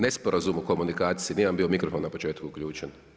Nesporazum u komunikaciji, nije vam bio mikrofon na početku uključen.